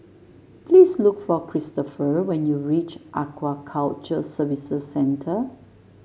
please look for Kristopher when you reach Aquaculture Services Centre